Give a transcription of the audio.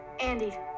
andy